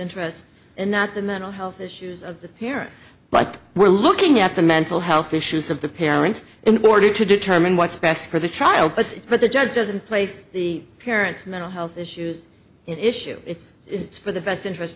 interest and not the mental health issues of the hearing but we're looking at the mental health issues of the parent in order to determine what's best for the child but what the judge does and place the parents mental health issues in issue it's it's for the best interest